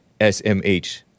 SMH